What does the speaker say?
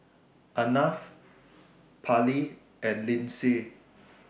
Arnav Parley and Lyndsay